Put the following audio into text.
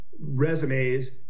resumes